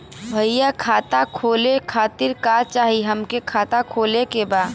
भईया खाता खोले खातिर का चाही हमके खाता खोले के बा?